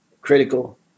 critical